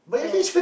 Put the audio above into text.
so